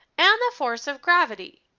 and the force of gravity.